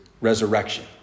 resurrection